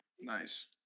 Nice